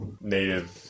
Native